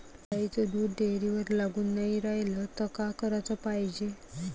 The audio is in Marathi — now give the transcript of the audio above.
गाईचं दूध डेअरीवर लागून नाई रायलं त का कराच पायजे?